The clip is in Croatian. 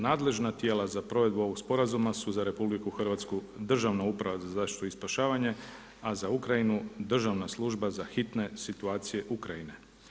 Nadležna tijela za provedbu ovog sporazuma su za RH Državna uprava za zaštitu i spašavanje, a za Ukrajinu Državna služba za hitne situacije Ukrajine.